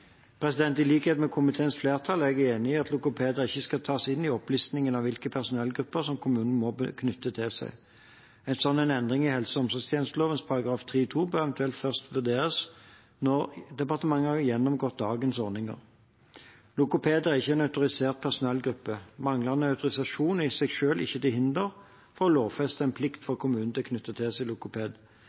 I likhet med komiteens flertall er jeg enig i at logoped ikke skal tas inn i opplistingen av hvilke personellgrupper som kommunen må ha knyttet til seg. En slik endring i helse- og omsorgstjenesteloven § 3-2 bør eventuelt først vurderes når departementet har gjennomgått dagens ordninger. Logopeder er ikke en autorisert personellgruppe. Manglende autorisasjon er i seg selv ikke til hinder for å lovfeste en plikt for kommunen til å knytte til